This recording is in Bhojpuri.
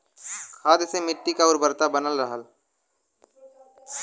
खाद से मट्टी क उर्वरता बनल रहला